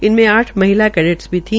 इनमें आठ महिला केड्टस भी थी